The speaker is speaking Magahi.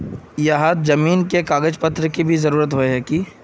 यहात जमीन के भी कागज पत्र की जरूरत होय है की?